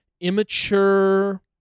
immature